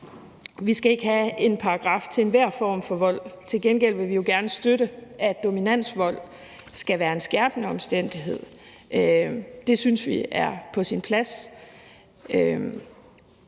Vi skal ikke have en paragraf til enhver form for vold. Til gengæld vil vi jo gerne støtte, at dominansvold skal være en skærpende omstændighed. Det synes vi er på sin plads,